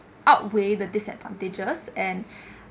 outweigh the disadvantages and